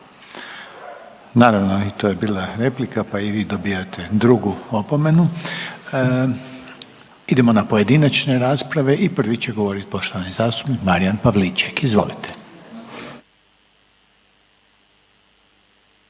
Naravno i to je bila replika, pa i vi dobijate drugu opomenu. Idemo na pojedinačne rasprave i prvi će govoriti poštovani zastupnik Marijan Pavliček, izvolite.